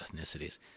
ethnicities